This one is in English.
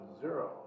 zero